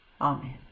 Amen